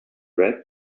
read